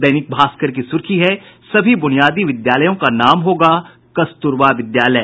दैनिक भास्कर की सुर्खी है सभी बुनियादी विद्यालयों का नाम होगा कस्तूरबा विद्यालय